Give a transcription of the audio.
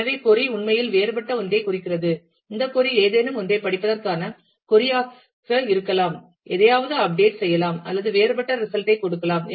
எனவே கொறி உண்மையில் வேறுபட்ட ஒன்றைக் குறிக்கிறது இந்த கொறி ஏதேனும் ஒன்றைப் படிப்பதற்கான கொறி ஆக இருக்கலாம் எதையாவது அப்டேட் செய்யலாம் அல்லது வேறுபட்ட ரிசல்ட் ஐ கொடுக்கலாம்